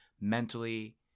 Mentally